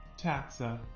taxa